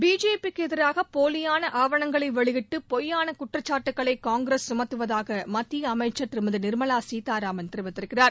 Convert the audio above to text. பிஜேபிக்கு எதிராக போலியான ஆவணங்களை வெளியிட்டு பொய்யான குற்றச்சாட்டுகளை காங்கிரஸ் சுமத்துவதாக மத்திய அமைச்சர் திருமதி நிர்மலா சீதாராமன் கூறியிருக்கிறார்